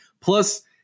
Plus